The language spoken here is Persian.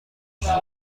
زیاد